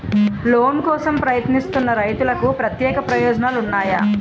Loan కోసం ప్రయత్నిస్తున్న రైతులకు ప్రత్యేక ప్రయోజనాలు ఉన్నాయా?